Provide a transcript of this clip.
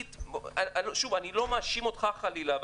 אני לא מאשים אותך חלילה,